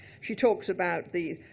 she talks about the